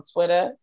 Twitter